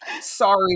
Sorry